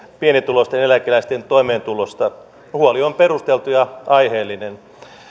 pienituloisten eläkeläisten toimeentulosta huoli on perusteltu ja aiheellinen